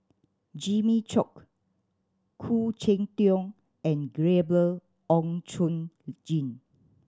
Jimmy Chok Khoo Cheng Tiong and Gabriel Oon Chong Jin